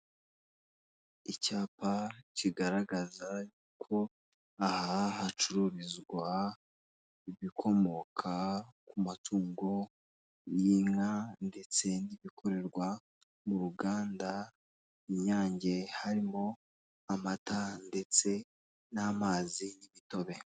Icyapa kigaragaza ko aha hacururizwa ibikomoka ku matungo y'inka ndetse n'ibikorerwa mu ruganda inyange, harimo amata ndetse n'amazi n'imitobe